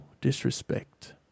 disrespect